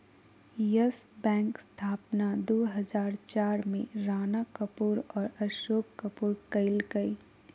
yes Bank स्थापना दू हजार चार में राणा कपूर और अशोक कपूर कइलकय